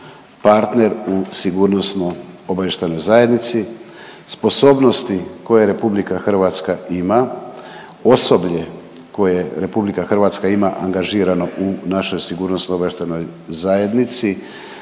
partner u sigurnosno obavještajnoj zajednici. Sposobnosti koje RH ima, osoblje koje RH ima angažirano u našoj sigurnosno obavještajnoj zajednici,